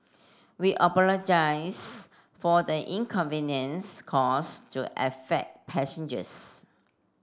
we apologise for the inconvenience caused to affect passengers